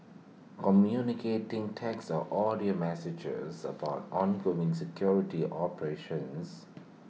communicating text or audio messages about ongoing security operations